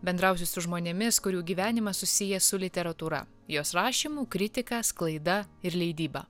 bendrauti su žmonėmis kurių gyvenimas susijęs su literatūra jos rašymu kritika sklaida ir leidyba